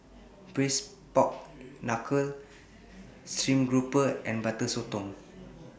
Braised Pork Knuckle Stream Grouper and Butter Sotong